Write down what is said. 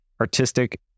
artistic